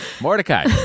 Mordecai